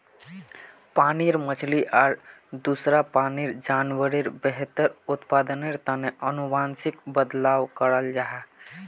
पानीर मछली आर दूसरा पानीर जान्वारेर बेहतर उत्पदानेर तने अनुवांशिक बदलाव कराल जाहा